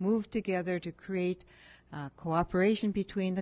moved together to create cooperation between the